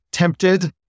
tempted